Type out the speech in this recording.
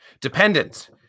dependent